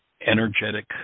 energetic